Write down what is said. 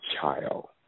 child